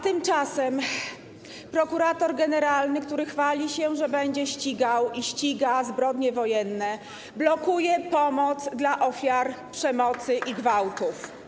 Tymczasem prokurator generalny, który chwali się, że będzie ścigał i ściga zbrodnie wojenne, blokuje pomoc dla ofiar przemocy i gwałtów.